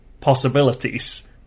possibilities